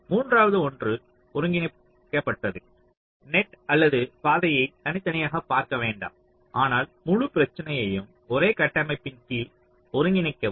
மூன்றாவது ஒன்று ஒருங்கிணைக்கப்பட்டது நெட் அல்லது பாதையை தனித்தனியாக பார்க்க வேண்டாம் ஆனால் முழு பிரச்சனையையும் ஒரே கட்டமைப்பின் கீழ் ஒருங்கிணைக்கவும்